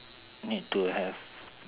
need to have